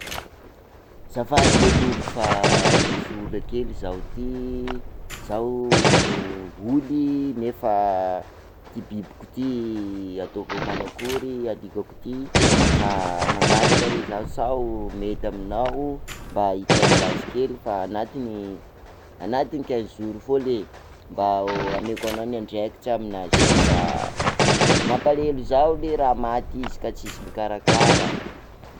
Azafady re longo fa misy ola kely zaho ty, zaho io holy nefa ty bibiko ty ataoko manakory alikako ty, ka mangataka re zaho sao mety aminao mba hitaiza azy kely, fa anatin'ny anatin'ny quinze jours foana ley mba homeko anao ny andraikitra amin'azy ty fa mampalahelo zaho lie raha maty ka tsisy mpikarakara.